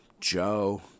Joe